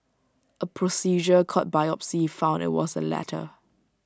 A procedure called biopsy found IT was the latter